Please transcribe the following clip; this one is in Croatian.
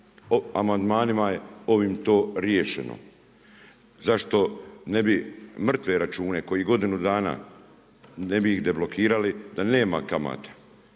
O amandmanima ovim je to riješeno. Zašto ne bi mrtve račune koje godinu dana, ne bi ih deblokirali, da nema kamate,